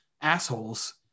assholes